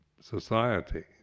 society